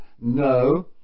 No